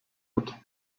hat